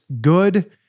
good